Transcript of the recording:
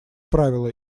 правило